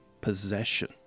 possession